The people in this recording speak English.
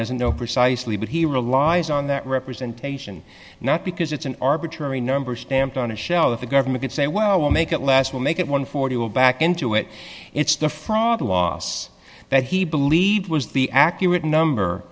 doesn't know precisely but he relies on that representation not because it's an arbitrary number stamped on a show that the government can say well we'll make it last we'll make it one for you will back into it it's the fraud loss that he believed was the accurate number